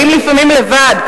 באים לפעמים לבד,